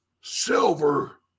silver